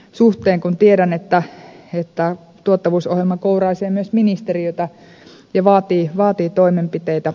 suhteen kun tiedän että tuottavuusohjelma kouraisee myös ministeriötä ja vaatii toimenpiteitä